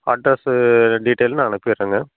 address டீட்டெயிலும் நான் அனுப்பிடுறேங்க